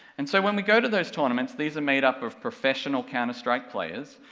and so when we go to those tournaments these are made up of professional counter strike players,